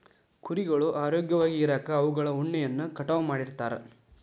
ಕುರಿಗಳು ಆರೋಗ್ಯವಾಗಿ ಇರಾಕ ಅವುಗಳ ಉಣ್ಣೆಯನ್ನ ಕಟಾವ್ ಮಾಡ್ತಿರ್ತಾರ